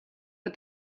but